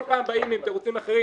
כל פעם באים עם תירוצים אחרים,